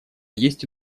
есть